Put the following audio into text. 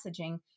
messaging